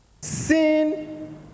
sin